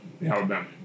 Alabama